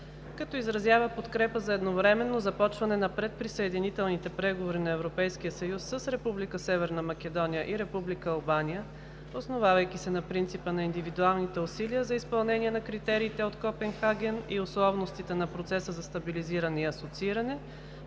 Като изразява подкрепа за едновременно започване на предприсъединителните преговори на Европейския съюз с Република Северна Македония и Република Албания, основавайки се на принципа на индивидуалните усилия за изпълнение на критериите от Копенхаген и условностите на Процеса за стабилизиране и асоцииране,